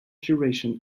duration